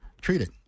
treated